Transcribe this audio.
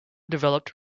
developed